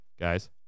Guys